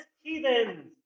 heathens